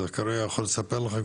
זכריא יכול לספר לך,